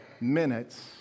minutes